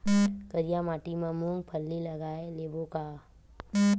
करिया माटी मा मूंग फल्ली लगय लेबों का?